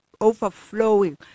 overflowing